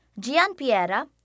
Gianpiera